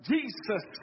Jesus